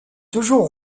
toujours